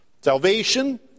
Salvation